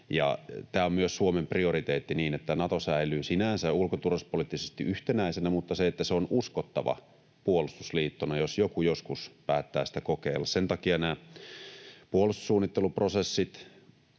Tämä on myös Suomen prioriteetti, että Nato säilyy sinänsä ulko‑ ja turvallisuuspoliittisesti yhtenäisenä mutta että se on uskottava puolustusliittona, jos joku joskus päättää sitä kokeilla. Sen takia nämä puolustussuunnitteluprosessit,